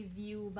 view